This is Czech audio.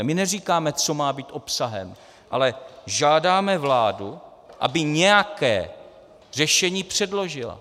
My neříkáme, co má být obsahem, ale žádáme vládu, aby nějaké řešení předložila.